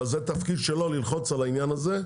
אבל התפקיד שלו הוא ללחוץ על העניין הזה,